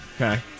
Okay